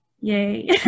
Yay